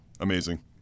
Amazing